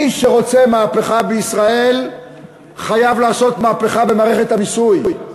מי שרוצה מהפכה בישראל חייב לעשות מהפכה במערכת המיסוי.